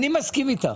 אני מסכים איתך.